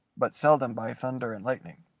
but seldom by thunder and lightning,